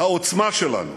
העוצמה שלנו.